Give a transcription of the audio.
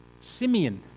Simeon